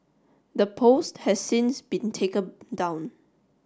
the post has since been taken down